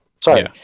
sorry